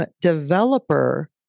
developer